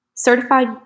Certified